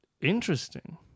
Interesting